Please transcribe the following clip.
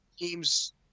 teams